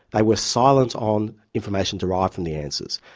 they were silent on information derived from the answers.